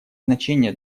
значение